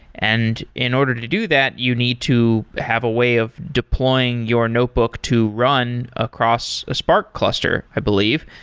and in order to do that, you need to have a way of deploying your notebook to run across a spark cluster, i believe.